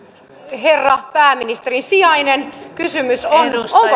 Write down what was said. herra pääministerin sijainen kysymys on onko